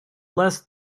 less